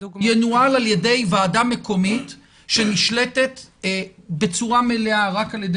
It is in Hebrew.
ינוהל על ידי ועדה מקומית שנשלטת בצורה מלאה רק על ידי